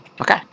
Okay